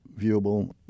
viewable